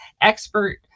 expert